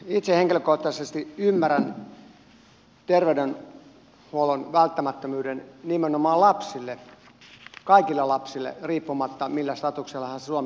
itse henkilökohtaisesti ymmärrän terveydenhuollon välttämättömyyden nimenomaan kaikille lapsille riippumatta siitä millä statuksella he suomessa ovat